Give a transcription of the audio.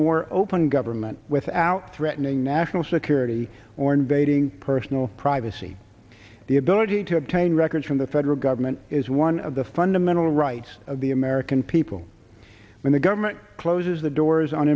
more open government without threatening national security or invading personal privacy the ability to obtain records from the federal government is one of the fundamental rights of the american people when the government closes the doors on